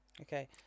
Okay